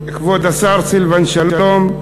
כבוד השר סילבן שלום,